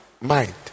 mind